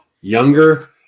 younger